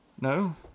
No